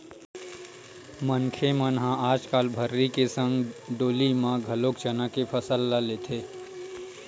मनखे मन ह आजकल भर्री के संग डोली म घलोक चना के फसल ल लेथे